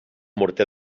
morter